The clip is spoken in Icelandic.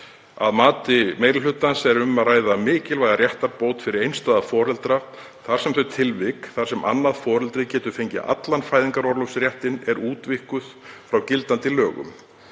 „Að mati meiri hlutans er um að ræða mikilvæga réttarbót fyrir einstæða foreldra þar sem þau tilvik þar sem annað foreldrið getur fengið allan fæðingarorlofsréttinn eru útvíkkuð frá gildandi lögum.